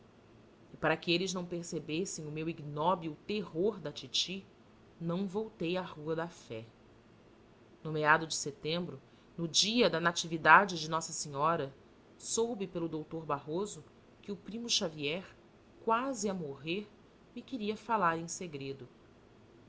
e para que eles não percebessem o meu ignóbil terror da titi não voltei à rua da fé no meado de setembro no dia da natividade de nossa senhora soube pelo doutor barroso que o primo xavier quase a morrer me queria falar em segredo